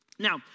Now